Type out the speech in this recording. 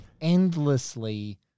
endlessly